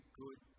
good